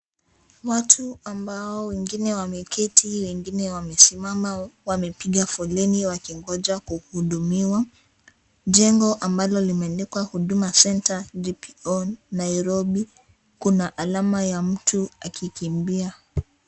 Watu ambao wengine wameketi wengine wamesimama. Wamepiga foleni wakingoja kuhudumiwa. Jengo ambalo limeandikwa " Huduma Center GPO Nairobi". Kuna alama ya mtu akikimbia.